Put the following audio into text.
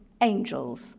angels